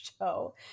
show